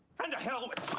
and to hell with